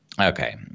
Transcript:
Okay